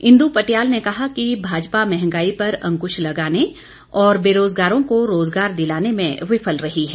इंदु पटियाल ने कहा कि भाजपा महंगाई पर अंकुश लगाने और बेरोजगारों को रोजगार दिलाने में विफल रही है